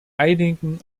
einigen